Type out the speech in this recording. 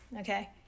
okay